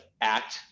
act